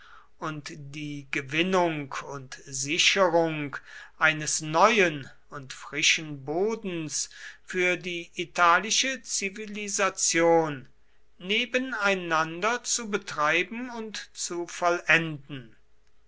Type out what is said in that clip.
und die gewinnung und sicherung eines neuen und frischen bodens für die italische zivilisation nebeneinander zu betreiben und zu vollenden